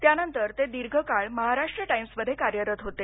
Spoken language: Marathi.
त्यानंतर ते दीर्घकाळ महाराष्ट्र टाइम्समध्ये कार्यरत होते